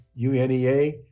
UNEA